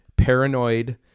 paranoid